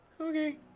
Okay